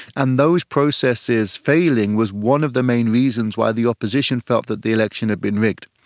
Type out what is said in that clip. and those processes failing was one of the main reasons why the opposition felt that the election had been rigged.